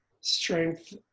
strength